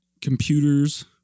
Computers